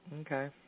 Okay